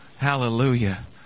Hallelujah